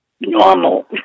normal